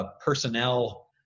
personnel